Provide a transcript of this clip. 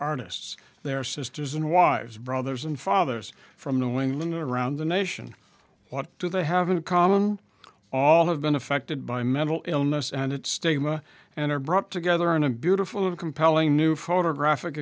artists their sisters and wives brothers and fathers from new england and around the nation what do they have in common all have been affected by mental illness and its stigma and are brought together in a beautiful of a compelling new photographic